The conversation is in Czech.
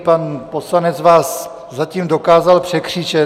Pan poslanec vás zatím dokázal překřičet.